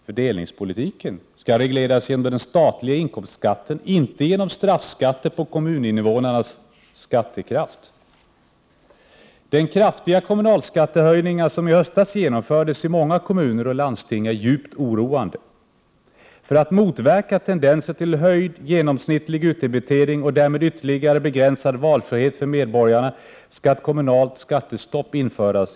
Fördel De kraftiga kommunalskattehöjningar som i höstas genomfördes i många kommuner och landsting är djupt oroande. För att motverka tendenser till höjd genomsnittlig utdebitering och därmed ytterligare begränsad valfrihet för medborgarna skall ett kommunalt skattestopp införas.